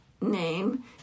name